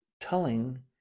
telling